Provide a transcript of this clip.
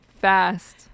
fast